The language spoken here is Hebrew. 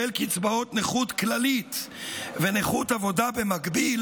קצבאות נכות כללית ונכות עבודה במקביל,